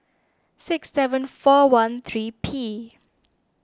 six seven four one three P